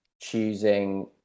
choosing